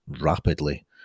rapidly